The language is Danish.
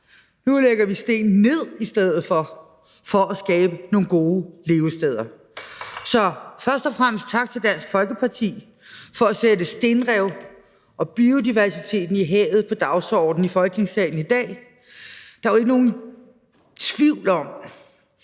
nu lægger vi i stedet for sten ned for at skabe nogle gode levesteder. Så først og fremmest tak til Dansk Folkeparti for at sætte stenrev og biodiversiteten i havet på dagsordenen i Folketingssalen i dag. Der er jo ikke nogen tvivl om,